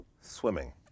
swimming